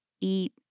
eat